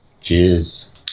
Cheers